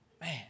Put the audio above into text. Man